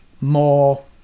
more